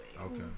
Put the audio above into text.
okay